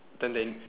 then they